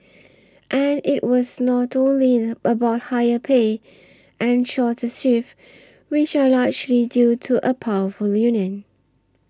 and it was not only about higher pay and shorter shifts which are largely due to a powerful union